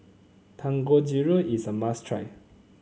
dangojiru is a must try